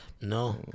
No